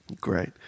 Great